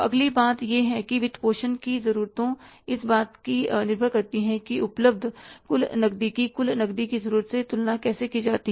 अगली बात यह है कि वित्तपोषण की जरूरतें इस बात पर निर्भर करती हैं कि उपलब्ध कुल नकदी की कुल नकदी की जरूरत से तुलना कैसे की जाती है